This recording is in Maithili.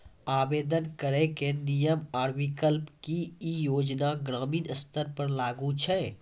आवेदन करैक नियम आ विकल्प? की ई योजना ग्रामीण स्तर पर लागू छै?